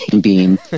beam